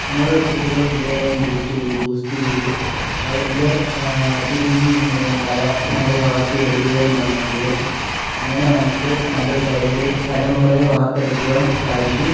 നമ്മൾ കുട്ടികളെ കൂടുതലായും ബൂസ്റ്റ് ചെയ്ത് ബൂസ്റ്റ് ചെയ്ത് അവരിലെ അഭിരുചി എന്ന് പറയുന്ന കല നമ്മൾ വളർത്തി എടുക്കുകയും വേണം ചെയ്യാൻ അങ്ങനെ നമുക്ക് നല്ലൊരു തലമുറ തലമുറയെ വാർത്തെടുക്കുവാൻ സാധിക്കും